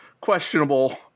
questionable